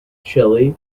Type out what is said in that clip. chile